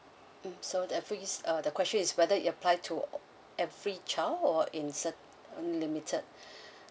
mm so the uh the question is whether it apply to every child or in cer~ limited